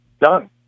done